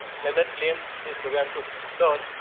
len at claimed his program could learn.